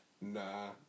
Nah